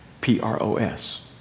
P-R-O-S